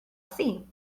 see